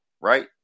right